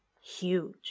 huge